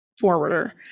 forwarder